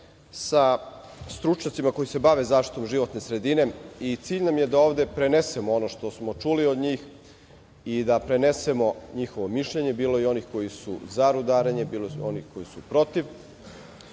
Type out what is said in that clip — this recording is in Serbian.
sa stručnjacima koji se bave zaštitom životne sredine. Cilj nam je da ovde prenesemo ono što smo čuli od njih i da prenesemo njihovo mišljenje. Bilo je i onih koji su za rudarenje, bilo je onih koji su